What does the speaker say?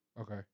Okay